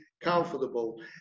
comfortable